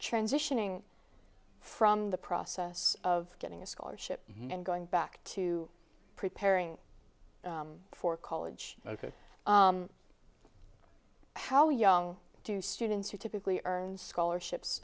transitioning from the process of getting a scholarship and going back to preparing for college ok how young do students who typically earn scholarships